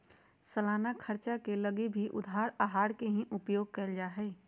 सालाना खर्चवा के लगी भी उधार आहर के ही उपयोग कइल जाहई